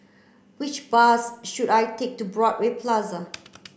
which bus should I take to Broadway Plaza